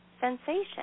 sensation